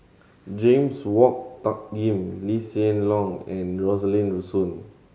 James Wong Tuck Yim Lee Hsien Loong and Rosaline Soon